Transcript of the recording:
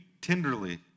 tenderly